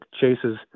chases